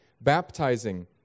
baptizing